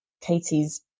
Katie's